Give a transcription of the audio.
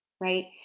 right